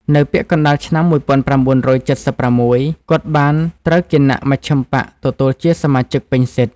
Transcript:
នៅពាក់កណ្តាលឆ្នាំ ១៩៧៦ គាត់បានត្រូវគណៈមជ្ឈិមបក្សទទួលជាសមាជិកពេញសិទ្ធិ ។